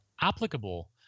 applicable